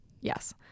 Yes